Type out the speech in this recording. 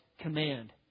command